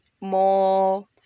more